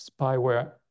spyware